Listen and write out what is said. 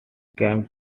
came